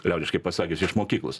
liaudiškai pasakius iš mokyklos